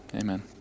Amen